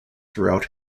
throughout